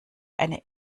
eine